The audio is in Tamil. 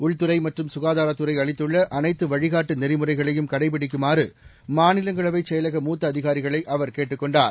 உள்துறை மற்றும் சுகாதாரத்துறை அளித்துள்ள அனைத்து வழிகாட்டு நெறிமுறைகளையும் கடைபிடிக்குமாறு மாநிலங்களவைச் செயலக மூத்த அதிகாரிகளை அவர் கேட்டுக் கொண்டார்